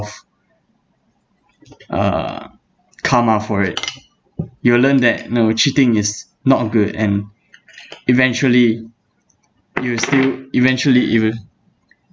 uh karma for it you learn that you know cheating is not good and eventually you will still eventually it will